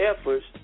efforts